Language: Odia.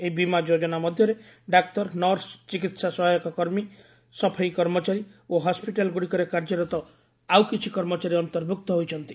ଏହି ବୀମା ଯୋଜନା ମଧ୍ୟରେ ଡାକ୍ତର ନର୍ସ ଚିକିତ୍ସା ସହାୟକ କର୍ମୀ ସଫାଇ କର୍ମଚାରୀ ଓ ହସ୍କିଟାଲ ଗୁଡ଼ିକରେ କାର୍ଯ୍ୟରତ ଆଉ କିଛି କର୍ମଚାରୀ ଅନ୍ତର୍ଭୁକ୍ତ ହୋଇଛନ୍ତି